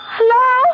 Hello